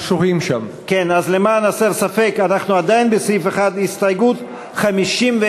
אנחנו מבקשים להסיר את כל ההסתייגויות הנוספות עד סעיף 50,